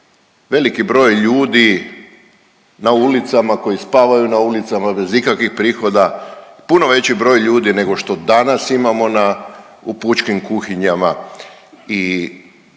veliki broj ljudi na ulicama koji spavaju na ulicama, bez ikakvih prihoda, puno veći broj ljudi nego što danas imamo na u pučkim kuhinjama